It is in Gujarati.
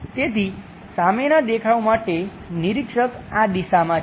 તેથી સામેના દેખાવ માટે નિરીક્ષક આ દિશામાં છે